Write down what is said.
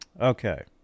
okay